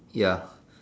ya